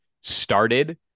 started